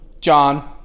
John